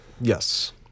Yes